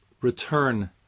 return